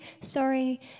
sorry